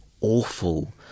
awful